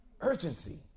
Urgency